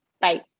Bye